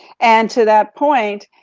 and to that point,